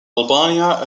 albania